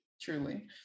Truly